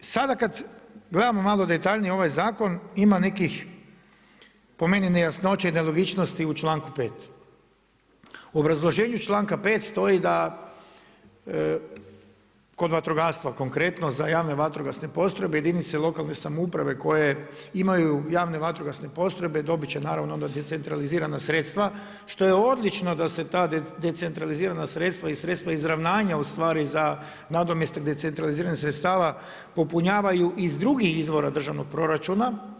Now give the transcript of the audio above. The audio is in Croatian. Sada kad gledamo malo detaljnije ovaj zakon ima nekih po meni nejasnoća i nelogičnosti u članku 5. U obrazloženju članka 5. stoji i da kod vatrogastva konkretno za javne vatrogasne postrojbe jedinice lokalne samouprave koje imaju javne vatrogasne postrojbe dobit će naravno onda decentralizirana sredstva što je odlično da se ta decentralizirana sredstva i sredstva izravnanja u stvari za nadomjestak decentraliziranih sredstava popunjavaju iz drugih izvora državnog proračuna.